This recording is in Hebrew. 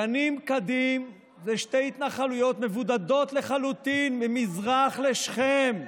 גנים וכדים הן שתי התנחלויות מבודדות לחלוטין ממזרח לשכם,